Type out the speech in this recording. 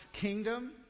kingdom